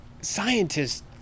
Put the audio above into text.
scientists